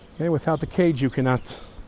here without a cage you cannot